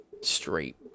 straight